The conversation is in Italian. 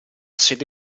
sede